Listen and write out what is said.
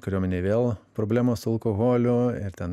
kariuomenėj vėl problemos su alkoholiu ir ten